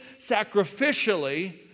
sacrificially